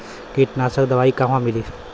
कीटनाशक दवाई कहवा मिली?